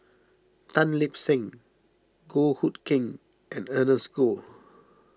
Tan Lip Seng Goh Hood Keng and Ernest Goh